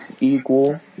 equal